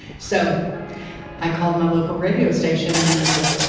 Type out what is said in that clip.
so i called my local radio station and i said,